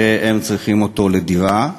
שהם צריכים אותו לדירה,